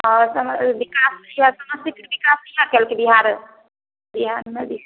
आओर सम विकास समस्तीपुर विकास कहिआ केलकै बिहार बिहार मे जे